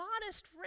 modest